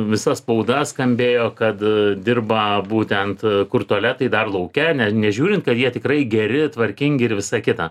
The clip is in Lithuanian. visa spauda skambėjo kad dirba būtent kur tualetai dar lauke ne nežiūrint kad jie tikrai geri tvarkingi ir visą kitą